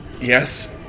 Yes